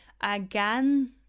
again